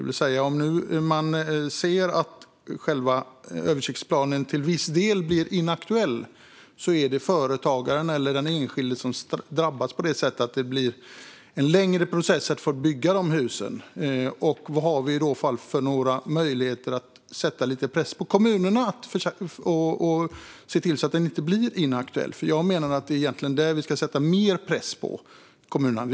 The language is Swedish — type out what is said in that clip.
Om översiktsplanen till viss del blir inaktuell drabbas företagaren eller den enskilde genom att processen för att bygga husen blir längre. Vilka möjligheter har vi i så fall att sätta press på kommunerna så att de ser till att översiktsplanen inte blir inaktuell? Jag menar att det är där vi ska sätta mer press på kommunerna.